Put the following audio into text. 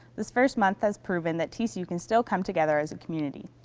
this first month has proven that tcu can still come together as a community.